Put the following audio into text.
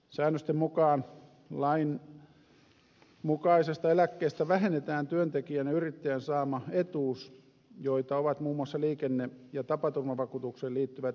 säännösten mukaan lainmukaisesta eläkkeestä vähennetään työntekijän ja yrittäjän saama etuus joita ovat muun muassa liikenne ja tapaturmavakuutukseen liittyvät etuudet